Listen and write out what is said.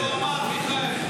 מיכאל.